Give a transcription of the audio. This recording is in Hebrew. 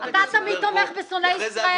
מוסי,